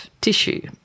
tissue